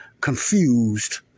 confused